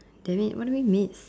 dammit what do we miss